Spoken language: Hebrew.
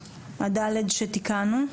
שתיקנו.